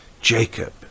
Jacob